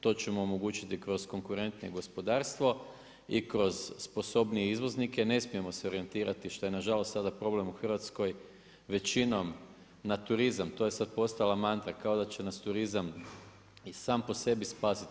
To ćemo omogućiti kroz konkurentnije gospodarstvo i kroz sposobnije izvoznike ne smijemo se orijentirati šta je nažalost sada problem u Hrvatskoj većinom na turizam, to je sada postala mantra kao da će nas turizam i sam po sebi spasiti.